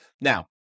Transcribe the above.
Now